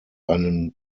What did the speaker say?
einen